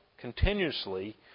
continuously